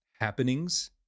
happenings